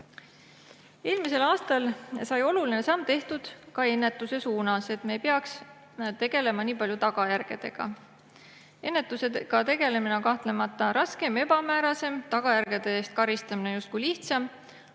Eelmisel aastal sai oluline samm tehtud ka ennetuse suunas, et me ei peaks tegelema nii palju tagajärgedega. Ennetusega tegelemine on kahtlemata raskem ja ebamäärasem. Tagajärgede eest karistamine on justkui lihtsam,